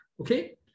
okay